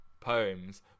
poems